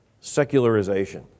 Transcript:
secularization